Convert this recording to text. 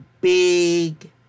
big